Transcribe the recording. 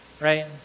right